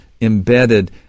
embedded